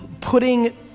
putting